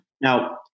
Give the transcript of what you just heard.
Now